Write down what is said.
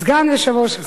סגן יושב-ראש הכנסת,